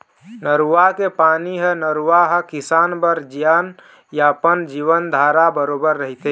नरूवा के पानी ह नरूवा ह किसान बर जीवनयापन, जीवनधारा बरोबर रहिथे